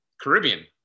caribbean